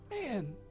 Man